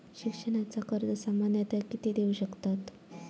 शिक्षणाचा कर्ज सामन्यता किती देऊ शकतत?